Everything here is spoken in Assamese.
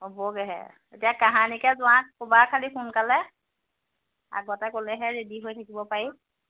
হ'বগেহে এতিয়া কাহানিকে যোৱা ক'বা খালী সোনকালে আগতে ক'লেহে ৰেডি হৈ থাকিব পাৰিম